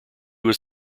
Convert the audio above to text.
was